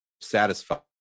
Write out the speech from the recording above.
satisfied